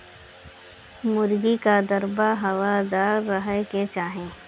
मुर्गी कअ दड़बा हवादार रहे के चाही